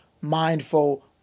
Mindful